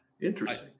Interesting